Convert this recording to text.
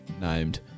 named